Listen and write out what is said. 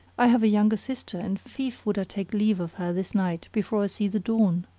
i have a younger sister and fief would i take leave of her this night before i see the dawn.